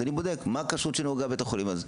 אז אני בודק מהי הכשרות שנהוגה בבית החולים הזה.